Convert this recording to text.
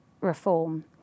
reform